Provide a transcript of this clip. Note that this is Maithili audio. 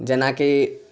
जेनाकी